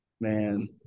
Man